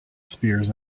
spears